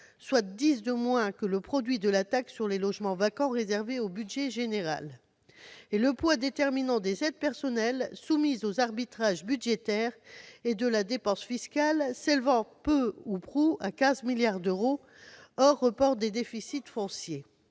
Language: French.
d'euros de moins que le produit de la taxe sur les logements vacants, qui est reversé au budget général -, ainsi que le poids déterminant des aides personnelles, qui sont soumises aux arbitrages budgétaires, et de la dépense fiscale, qui s'élève peu ou prou à 15 milliards d'euros, hors report des déficits fonciers.